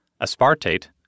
aspartate